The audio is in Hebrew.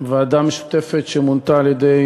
ועדה משותפת שמונתה על-ידי